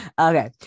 Okay